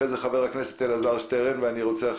ואחרי זה חבר הכנסת אלעזר שטרן יתייחס.